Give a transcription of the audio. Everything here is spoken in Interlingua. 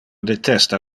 detesta